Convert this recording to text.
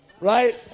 right